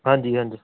ਹਾਂਜੀ ਹਾਂਜੀ